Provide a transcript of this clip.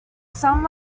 some